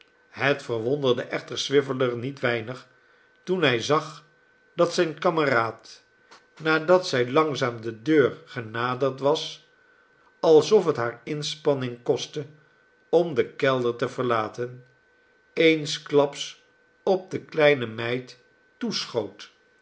het verwonderde echter swiveller niet weing toen hij zag dat zijn kameraad nadat zij langzaam de deur genaderd was alsof het haar inspanning kostte om den kelder te verlaten eensklaps op de kleine meid